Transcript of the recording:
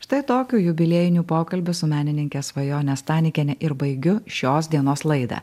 štai tokiu jubiliejiniu pokalbiu su menininke svajone stanikiene ir baigiu šios dienos laidą